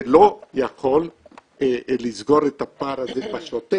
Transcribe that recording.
זה לא יכול לסגור את הפער הזה בשוטף,